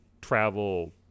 travel